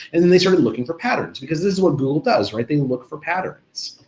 and then they started looking for patterns because this is what google does, right? they look for patterns.